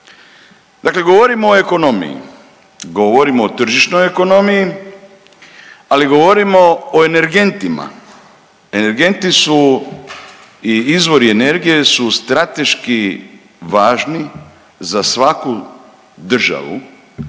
Dakle govorimo o ekonomiji, govorimo o tržišnoj ekonomiji, ali govorimo o energentima, energenti su i izvori energije su strateški važni za svaku državu